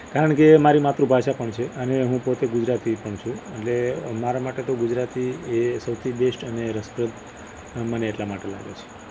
કારણ કે એ મારી માતૃભાષા પણ છે અને હું પોતે ગુજરાતી પણ છું એટલે મારા માટે તો ગુજરાતી એ સૌથી બૅસ્ટ અને રસપ્રદ મને એટલા માટે લાગે છે